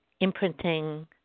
imprinting